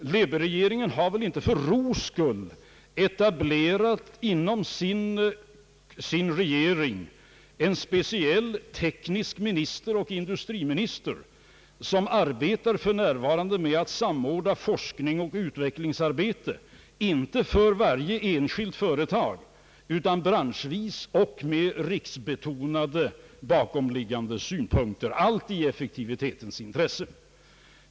Labourregeringen har väl inte för ro skull etablerat en speciell minister för teknik och industri, som för närvarande arbetar med att samordna forskning och utvecklingsarbete — inte för varje enskilt företag utan branschvis och med riksbetonade bakomliggande synpunkter; allt i effektivitetens intresse.